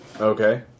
Okay